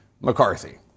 McCarthy